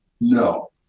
no